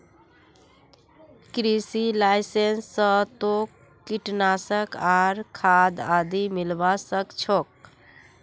कृषि लाइसेंस स तोक कीटनाशक आर खाद आदि मिलवा सख छोक